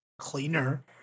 Cleaner